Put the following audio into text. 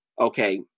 Okay